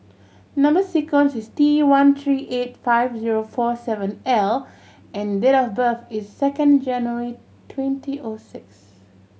number sequence is T one three eight five zero four seven L and date of birth is second January twenty O six